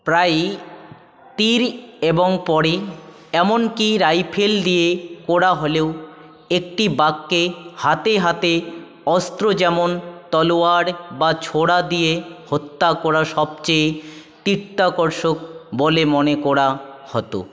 প্রায়ই তীর এবং পরে এমন কি রাইফেল দিয়ে করা হলেও একটি বাঘকে হাতে হাতে অস্ত্র যেমন তলোয়ার বা ছোরা দিয়ে হত্যা করা সবচেয়ে চিত্তাকর্ষক বলে মনে করা হতো